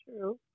True